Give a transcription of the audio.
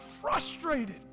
frustrated